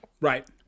right